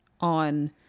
on